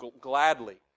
gladly